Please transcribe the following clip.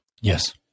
Yes